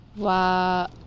Wow